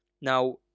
Now